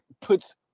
puts